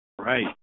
Right